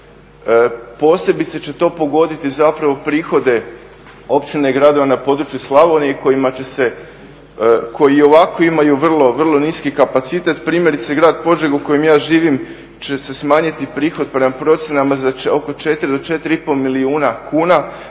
posebice će to pogoditi zapravo prihode općina i gradova na području Slavonije kojima će se, koji i ovako imaju vrlo niski kapacitet. Primjerice, grad Požega, u kojem ja živim, će se smanjiti prema procjenama za oko 4 do 4,5 milijuna kuna,